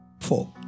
Four